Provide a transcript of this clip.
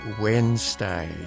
Wednesday